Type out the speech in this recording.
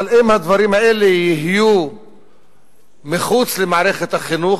אבל אם הדברים האלה יהיו מחוץ למערכת החינוך,